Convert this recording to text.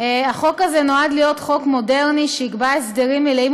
החוק הזה נועד להיות חוק מודרני שיקבע הסדרים מלאים